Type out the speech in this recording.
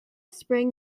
spring